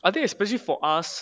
I think especially for us